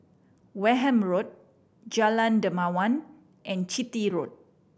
Wareham Road Jalan Dermawan and Chitty Road